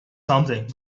something